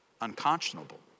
unconscionable